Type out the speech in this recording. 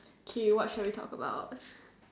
okay what shall we talk about